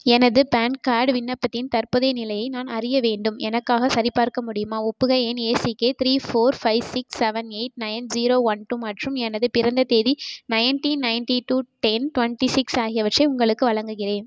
எனது PAN card விண்ணப்பத்தின் தற்போதைய நிலையை நான் அறிய வேண்டும் எனக்காகச் சரிபார்க்க முடியுமா ஒப்புகை எண் A C K three four five six seven eight nine zero one two மற்றும் எனது பிறந்த தேதி nineteen ninety two ten twenty six ஆகியவற்றை உங்களுக்கு வழங்குகிறேன்